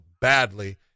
badly